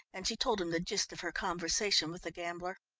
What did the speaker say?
and she told him the gist of her conversation with the gambler.